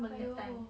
!aiyo!